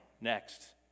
next